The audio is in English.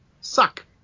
suck